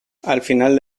final